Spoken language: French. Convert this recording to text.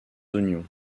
oignons